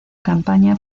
campaña